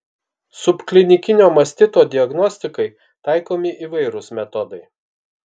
subklinikinio mastito diagnostikai taikomi įvairūs metodai